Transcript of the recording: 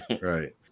Right